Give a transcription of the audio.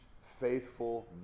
faithful